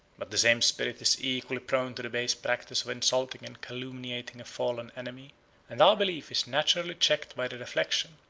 but the same spirit is equally prone to the base practice of insulting and calumniating a fallen enemy and our belief is naturally checked by the reflection,